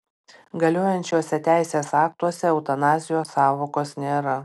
galiojančiuose teisės aktuose eutanazijos sąvokos nėra